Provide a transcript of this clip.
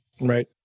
right